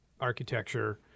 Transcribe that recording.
architecture